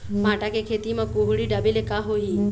भांटा के खेती म कुहड़ी ढाबे ले का होही?